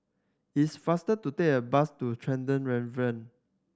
it's faster to take a bus to Tresor Tavern